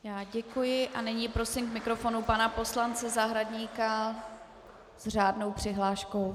Já děkuji a nyní prosím k mikrofonu pana poslance Zahradníka s řádnou přihláškou.